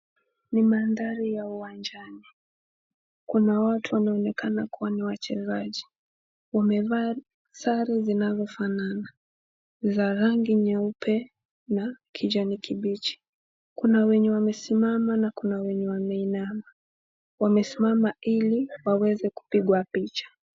Ni mandhari ya uwanjani kuna watu wanaonekana kuwa ni wachezaji. Wamevaa sare zinazofanana za rangi nyeupe na kijani kibichi. Kuna wenye wamesimama na kuna wenye wameinama, wamesimama hili waweze kupigwa picha.